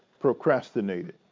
procrastinated